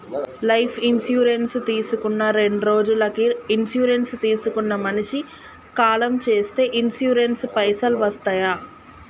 Life insurance తీసుకున్న రెండ్రోజులకి insurance తీసుకున్న మనిషి కాలం చేస్తే ఇన్సూరెన్స్ పైసల్ వస్తయా?